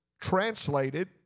translated